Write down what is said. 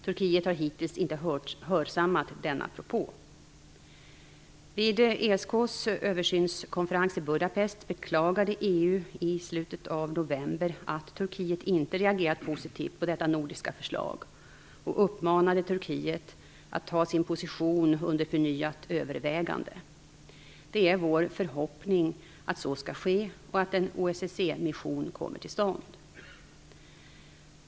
Turkiet har hittills inte hörsammat denna propå. Vid ESK:s översynskonferens i Budapest beklagade EU i slutet av november att Turkiet inte reagerat positivt på detta nordiska förslag och uppmanade Turkiet att ta sin position under förnyat övervägande. Det är vår förhoppning att så skall ske och att en OSSE-mission kommer till stånd.